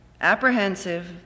apprehensive